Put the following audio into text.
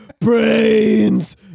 brains